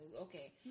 Okay